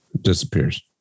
disappears